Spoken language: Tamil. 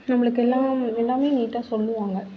நம்பளுக்கெல்லாம் எல்லாமே நீட்டாக சொல்லுவாங்க